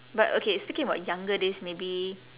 but okay speaking about younger days maybe